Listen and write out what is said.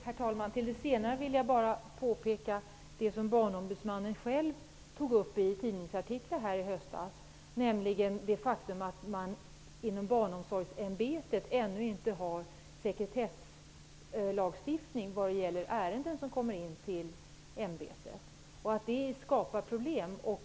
Herr talman! Jag vill bara nämna något som Barnombudsmannen själv tog upp i tidningsartiklar i höstas. Inom barnomsorgsämbetet har man ännu inte någon sekretesslagstiftning för ärenden som kommer in till ämbetet. Det skapar problem.